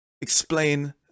explain